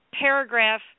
paragraph